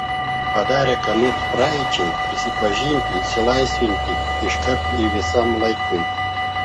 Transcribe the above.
padarę ką nors praeičiai pripažinti išsilaisvinsite iškart ir visam laikui